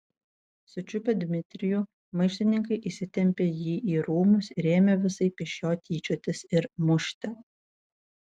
sučiupę dmitrijų maištininkai įsitempė jį į rūmus ir ėmė visaip iš jo tyčiotis ir mušti